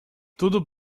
tudo